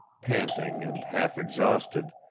panting and half exhausted,